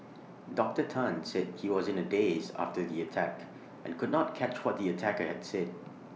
Doctor Tan said he was in A daze after the attack and could not catch what the attacker had said